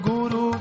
Guru